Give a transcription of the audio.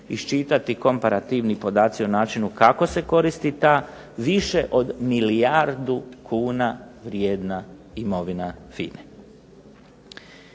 iščitati komparativni podaci o načinu kako se koristi ta više od milijardu kuna vrijedna imovina FINA-e.